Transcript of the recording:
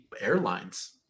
airlines